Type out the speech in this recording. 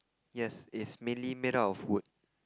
yes is mainly made out of wood